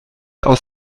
aus